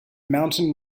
mountain